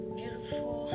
beautiful